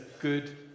good